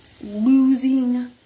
losing